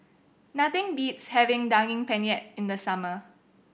nothing beats having Daging Penyet in the summer